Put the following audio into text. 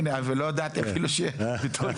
הוא רוצה לשמור על החיסיון.